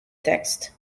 text